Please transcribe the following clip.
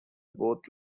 both